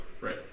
right